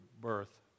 birth